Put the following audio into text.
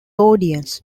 audience